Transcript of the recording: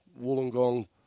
Wollongong